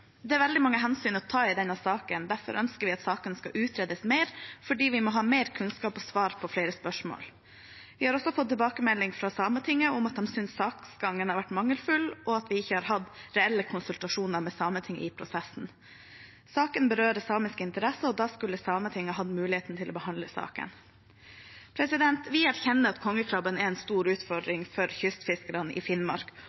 Det er veldig mange hensyn å ta i denne saken. Derfor ønsker vi at saken skal utredes mer, vi må ha mer kunnskap og svar på flere spørsmål. Vi har også fått tilbakemelding fra Sametinget om at de synes saksgangen har vært mangelfull, og at vi ikke har hatt reelle konsultasjoner med dem i prosessen. Saken berører samiske interesser, og da skulle Sametinget hatt mulighet til å behandle den. Vi erkjenner at kongekrabben er en stor